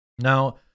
Now